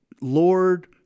Lord